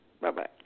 bye-bye